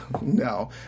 no